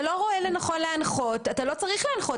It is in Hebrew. אם אתה לא רואה לנכון להנחות, אתה לא צריך להנחות.